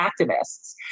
activists